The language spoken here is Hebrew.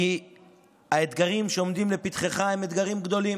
כי האתגרים שעומדים לפתחך הם אתגרים גדולים,